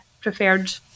preferred